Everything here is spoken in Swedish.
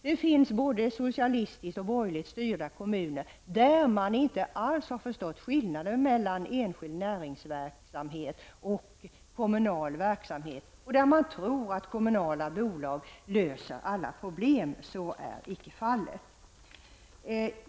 Det finns både socialistiskt och borgerligt styrda kommuner där man inte alls har förstått skillnaden mellan enskild näringsverksamhet och kommunal verksamhet och där man tror att kommunala bolag löser alla problem. Så är icke fallet.